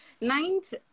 ninth